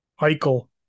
Eichel